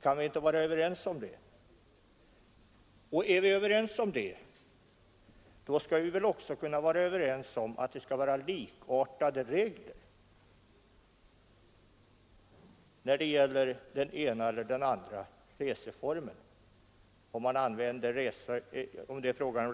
Kan vi inte vara överens om det? Och är vi överens om detta, skulle vi väl också kunna vara överens om att det skall vara likartade regler när det gäller den ena eller den andra reseformen —